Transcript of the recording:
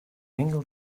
angel